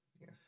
Yes